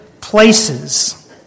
places